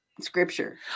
scripture